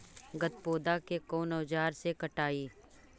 गत्पोदा के कौन औजार से हटायी?